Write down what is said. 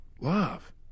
love